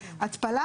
כמובן זה כתוב פה,